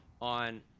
on